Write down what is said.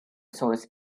sorts